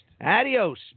Adios